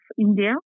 India